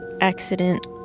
accident